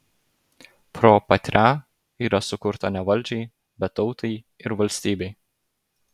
pro patria yra sukurta ne valdžiai bet tautai ir valstybei